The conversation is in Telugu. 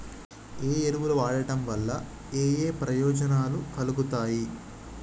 ఏ ఎరువులు వాడటం వల్ల ఏయే ప్రయోజనాలు కలుగుతయి?